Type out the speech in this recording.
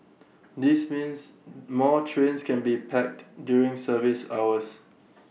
this means more trains can be packed during service hours